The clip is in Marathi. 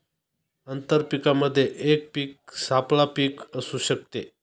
आंतर पीकामध्ये एक पीक सापळा पीक असू शकते